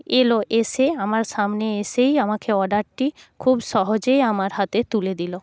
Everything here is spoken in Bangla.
এলো এসে আমার সামনে এসেই আমাকে অর্ডারটি খুব সহজেই আমার হাতে তুলে দিলো